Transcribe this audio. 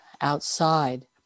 outside